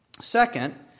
Second